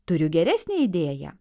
turiu geresnę idėją